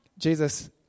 Jesus